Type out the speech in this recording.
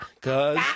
Cause